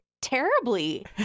terribly